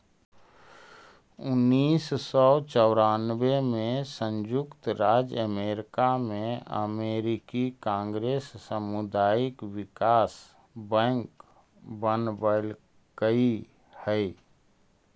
उन्नीस सौ चौरानबे में संयुक्त राज्य अमेरिका में अमेरिकी कांग्रेस सामुदायिक विकास बैंक बनवलकइ हई